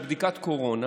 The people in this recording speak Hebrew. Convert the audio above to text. שעות של בדיקת הקורונה